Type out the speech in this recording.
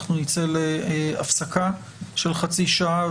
אנחנו נצא להפסקה של חצי שעה,